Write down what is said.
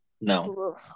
no